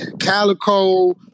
Calico